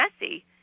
messy